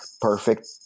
perfect